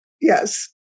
Yes